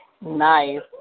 Nice